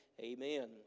amen